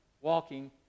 walking